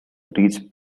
reads